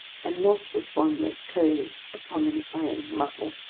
and not with one that closed upon an iron muzzle.